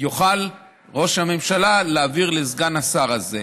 יוכל ראש הממשלה להעביר לסגן השר הזה,